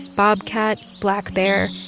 bobcat, black bear,